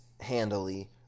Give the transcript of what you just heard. handily